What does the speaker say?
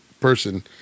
person